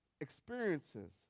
experiences